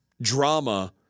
drama